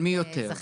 זכינו.